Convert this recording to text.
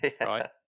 right